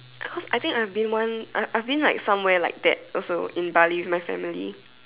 I think I've been one I've I've been like somewhere like that also in Bali with my family